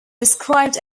described